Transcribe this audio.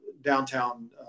downtown